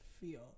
feel